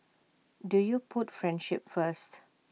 do you put friendship first